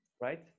right